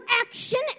action